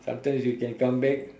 sometimes you can come back